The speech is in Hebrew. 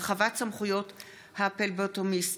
(הרחבת סמכויות הפלבוטומיסטים),